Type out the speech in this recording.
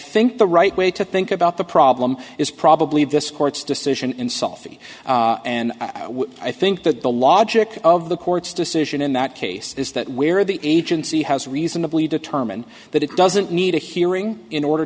think the right way to think about the problem is probably this court's decision in salvi and i think that the logic of the court's decision in that case is that where the agency has reasonably determined that it doesn't need a hearing in order